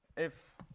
if